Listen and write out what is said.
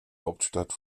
hauptstadt